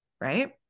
Right